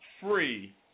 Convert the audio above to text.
free